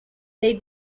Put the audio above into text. they